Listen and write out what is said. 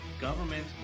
government